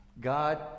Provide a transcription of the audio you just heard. God